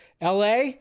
LA